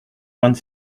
vingt